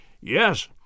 Yes